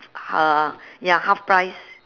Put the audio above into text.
uh ya half price